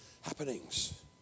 happenings